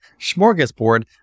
smorgasbord